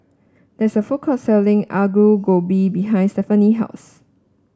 there is a food court selling Aloo Gobi behind Stephanie house